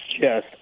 Yes